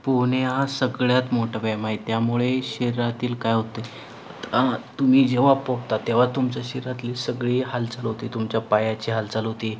पोहणे हा सगळ्यात मोठा व्यायाम आहे त्यामुळे शरीरातील काय होतं आहे आ तुम्ही जेव्हा पोहता तेव्हा तुमच्या शरीरातली सगळी हालचाल होते तुमच्या पायाची हालचाल होते